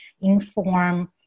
inform